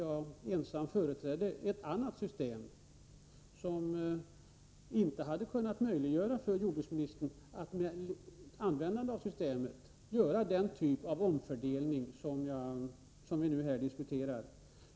Jag företrädde då ensam ett annat system, som om det hade använts inte hade möjliggjort för jordbruksministern att göra den typ av omfördelning som vi nu diskuterar.